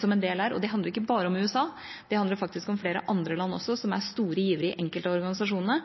som en del er. Det handler ikke bare om USA; det handler også om flere andre land som er store givere i enkelte av organisasjonene.